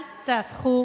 אל תהפכו